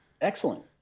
Excellent